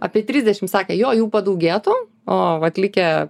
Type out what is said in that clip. apie trisdešim sakė jo jų padaugėtų o vat likę